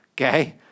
Okay